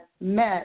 met